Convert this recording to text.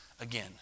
again